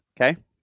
okay